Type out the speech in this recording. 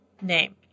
name